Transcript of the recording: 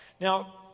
Now